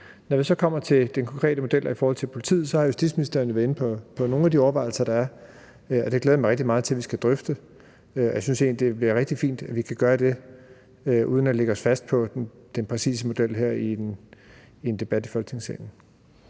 Når det så kommer til den konkrete model i forhold til politiet, så har justitsministeren jo været inde på nogle af de overvejelser, der er. Og det glæder jeg mig rigtig meget til vi skal drøfte. Jeg synes egentlig, det er rigtig fint, at vi kan gøre det uden at lægge os fast på den præcise model her i en debat i Folketingssalen.